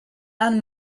anne